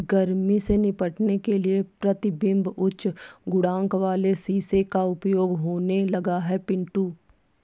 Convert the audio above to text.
गर्मी से निपटने के लिए प्रतिबिंब उच्च गुणांक वाले शीशे का प्रयोग होने लगा है पिंटू